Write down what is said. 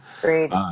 Great